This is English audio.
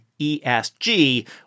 ESG